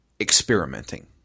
experimenting